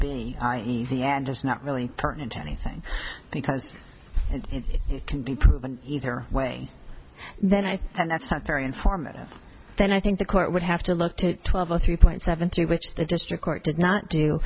end just not really important anything because it can be proven either way then i think and that's not very informative then i think the court would have to look to twelve o three point seven three which the district court did not do